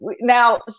now